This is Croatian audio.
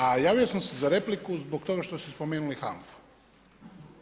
A javio sam se repliku zbog toga što ste spomenuli HANFA-u.